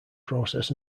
process